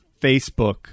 Facebook